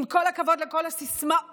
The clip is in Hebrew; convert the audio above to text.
עם כל הכבוד לכל הסיסמאות,